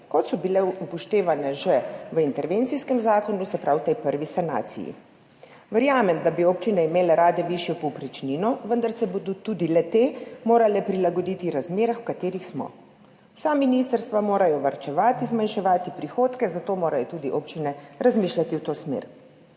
kot so bile upoštevane že v intervencijskem zakonu, se pravi v tej prvi sanaciji. Verjamem, da bi imele občine rade višjo povprečnino, vendar se bodo tudi le-te morale prilagoditi razmeram, v katerih smo. Vsa ministrstva morajo varčevati, zmanjševati prihodke, zato morajo tudi občine razmišljati v tej smeri.